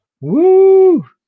Woo